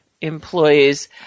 employees